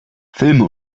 filme